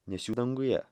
nes juk danguje